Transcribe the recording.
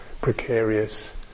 precarious